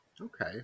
Okay